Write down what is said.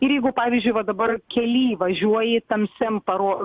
ir jeigu pavyzdžiui va dabar kely važiuoji tamsiam paro